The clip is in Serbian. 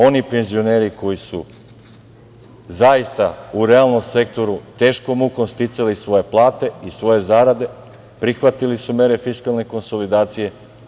Oni penzioneri koji su zaista u realnom sektoru teškom mukom sticali svoje plate i svoje zarade, prihvatili su mere fiskalne konsolidacije.